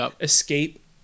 escape